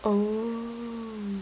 oh